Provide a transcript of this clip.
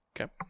Okay